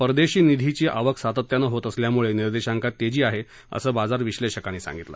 परदेशी निधीची आवक सातत्यानं होत असल्यामुळे निर्देशांकात तेजी आहे असं बाजार विश्लेषकांनी सांगितलं